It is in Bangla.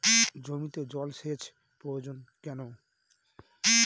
জমিতে জল সেচ প্রয়োজন কেন?